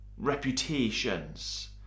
reputations